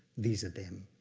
these are them.